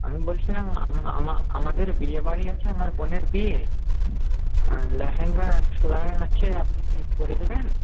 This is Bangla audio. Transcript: আমি বলছিলাম আমা আমা আমাদের বিয়েবাড়ি আছে আমার বোনের বিয়ে লেহেঙ্গা সেলাই আছে আপনি কি করে দেবেন